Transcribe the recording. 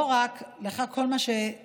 לא רק כל מה שהם